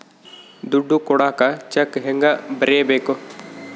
ದುಡ್ಡು ಕೊಡಾಕ ಚೆಕ್ ಹೆಂಗ ಬರೇಬೇಕು?